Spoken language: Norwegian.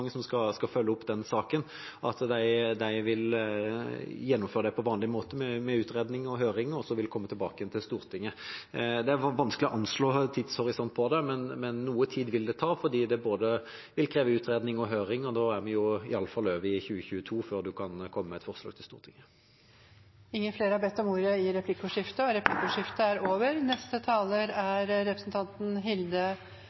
de som skal følge opp den saken – vil gjennomføre dette på vanlig måte med utredning og høring og komme tilbake til Stortinget. Det er vanskelig å anslå tidshorisonten på det, men noe tid vil det ta fordi det vil kreve både utredning og høring, og da er vi i alle fall over i 2022 før en kan komme med et forslag til Stortinget. Replikkordskiftet er over.